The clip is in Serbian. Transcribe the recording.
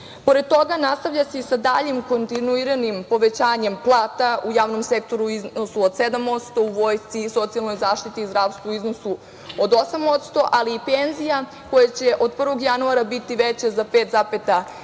toga, nastavlja se sa daljim kontinuiranim povećanjem plata u javnom sektoru u iznosu od 7%, u vojsci i socijalnoj zaštiti i zdravstvu u iznosu od 8%, ali i penzija koje će od 1. januara biti veće za 5,5%,